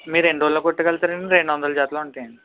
మీరు ఎన్ని రోజుల్లో కుట్టగలుగుతారండి రెండువందల జతలు ఉంటాయండి